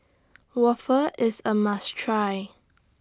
Waffle IS A must Try